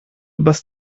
übers